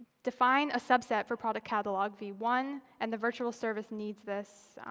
define a subset for product catalog v one. and the virtual service needs this